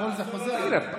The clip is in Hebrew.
כל זה חוזר אליי.